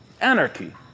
Anarchy